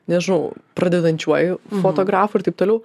nežinau pradedančiuoju fotografu ir taip toliau